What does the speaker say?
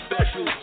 special